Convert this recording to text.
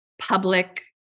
public